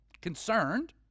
Concerned